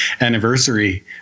anniversary